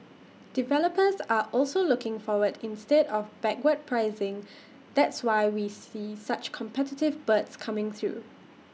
developers are also looking forward instead of backward pricing that's why we see such competitive bids coming through